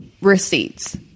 receipts